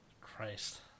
Christ